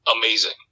amazing